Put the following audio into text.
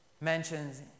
mentions